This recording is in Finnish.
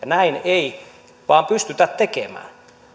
näin ei vaan pystytä tekemään